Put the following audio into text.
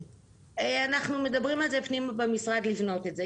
אנחנו מדברים פנימה במשרד לבנות את זה.